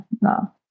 no